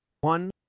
one